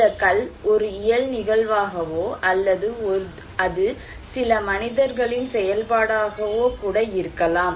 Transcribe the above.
இந்த கல் ஒரு இயல் நிகழ்வாகவோ அல்லது அது சில மனிதர்களின் செயல்பாடாகவோ கூட இருக்கலாம்